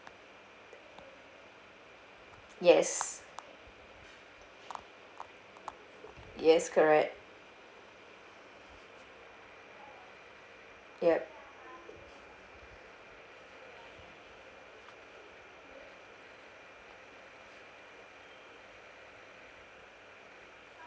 yes yes correct yup